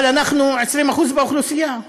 אבל אנחנו 20% מהאוכלוסייה.